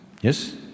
yes